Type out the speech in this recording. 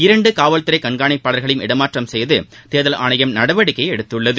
இரண்டு காவல்துறை கண்காணிப்பாளர்களையும் இடமாற்றம் செய்து தேர்தல் ஆணையம் நடவடிக்கை எடுத்துள்ளது